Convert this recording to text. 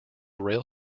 rail